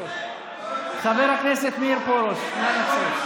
חבר הכנסת מאיר פרוש, נא לצאת.